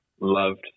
loved